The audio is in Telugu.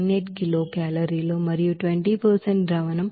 98 కిలో కేలరీలు మరియు 20 ద్రావణం 0